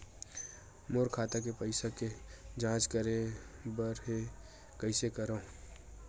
मोर खाता के पईसा के जांच करे बर हे, कइसे करंव?